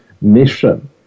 mission